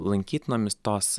lankytinomis tos